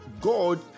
God